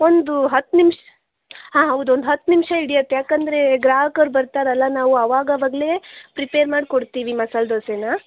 ಒಂದು ಹತ್ತು ನಿಮ್ಷ ಹಾಂ ಹೌದು ಒಂದು ಹತ್ತು ನಿಮಿಷ ಹಿಡಿಯತ್ ಯಾಕಂದರೆ ಗ್ರಾಹಕರು ಬರ್ತಾರಲ್ಲ ನಾವು ಆವಾಗ ಆವಾಗಲೇ ಪ್ರಿಪೇರ್ ಮಾಡಿ ಕೊಡ್ತೀವಿ ಮಸಾಲೆ ದೋಸೆನ